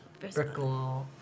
Brickle